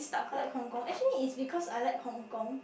I like Hong-Kong actually is because I like Hong-Kong